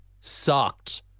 sucked